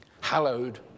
Hallowed